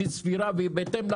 שהיא סבירה והיא בהתאם לחוק.